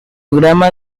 programa